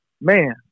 man